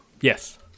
Yes